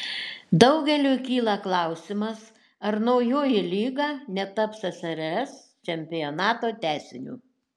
daugeliui kyla klausimas ar naujoji lyga netaps ssrs čempionato tęsiniu